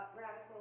radical